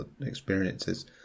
experiences